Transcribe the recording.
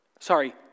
sorry